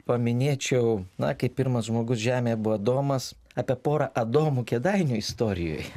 paminėčiau na kaip pirmas žmogus žemėj buvo adomas apie porą adomų kėdainių istorijoj